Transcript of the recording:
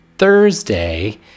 thursday